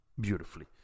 beautifully